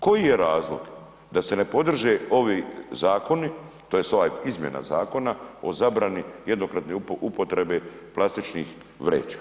Koji je razlog da se ne podrže ovi zakoni tj. ova izmjena zakona o zabrani jednokratne upotrebe plastičnih vreća?